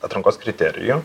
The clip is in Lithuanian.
atrankos kriterijų